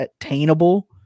attainable